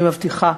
אני מבטיחה